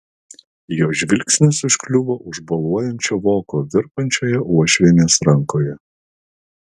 jo žvilgsnis užkliuvo už boluojančio voko virpančioje uošvienės rankoje